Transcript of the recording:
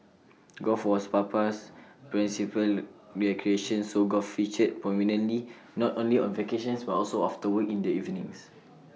golf was Papa's principal recreation so golf featured prominently not only on vacations but also after work in the evenings